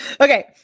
Okay